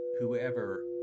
Whoever